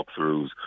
walkthroughs